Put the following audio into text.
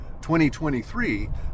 2023